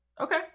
Okay